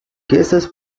cases